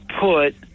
put